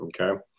okay